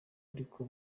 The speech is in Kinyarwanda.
ariko